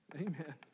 Amen